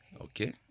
Okay